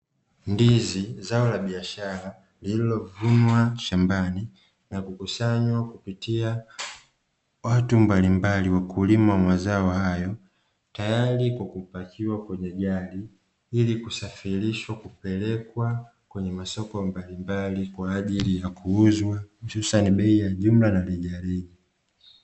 Ndizi, zao la biashara lililovunwa shambani na kukusanywa kupitia watu mbalimbali, wakulima wa mazao hayo, tayari kwa kupakiwa kwenye gari ili kusafirishwa kupelekwa kwenye masoko mbalimbali kwa ajili ya kuuzwa, hususani kwa bei ya jumla na rejareja.